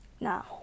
Now